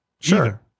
Sure